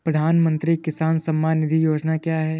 प्रधानमंत्री किसान सम्मान निधि योजना क्या है?